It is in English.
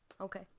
okay